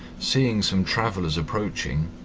seeing some travellers approaching,